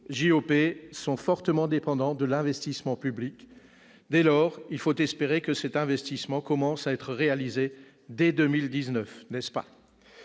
sont fortement dépendants de l'investissement public. Dès lors, il faut espérer que cet investissement commencera d'être réalisé dès 2019, n'est-ce pas ?